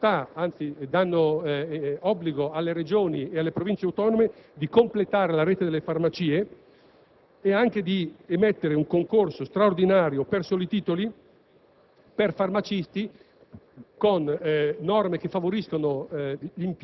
Completano la legge gli articoli 12 e 13, che conferiscono obbligo alle Regioni e alle Province autonome di completare la rete delle farmacie e anche di bandire un concorso straordinario per soli titoli